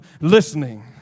listening